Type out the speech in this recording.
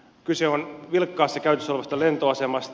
kyse on vilkkaassa käytössä olevasta lentoasemasta